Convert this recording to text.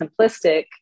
simplistic